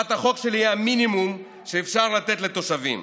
הצעת החוק שלי היא המינימום שאפשר לתת לתושבים,